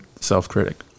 self-critic